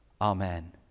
Amen